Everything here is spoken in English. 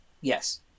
Yes